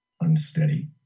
Unsteady